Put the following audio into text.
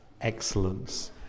Excellence